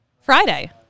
Friday